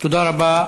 תודה רבה.